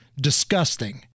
Disgusting